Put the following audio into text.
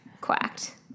Quacked